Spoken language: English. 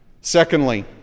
Secondly